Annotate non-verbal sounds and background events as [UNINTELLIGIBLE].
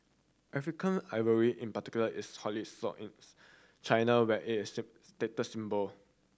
African ivory in particular is highly sought in China where it is [UNINTELLIGIBLE] status symbol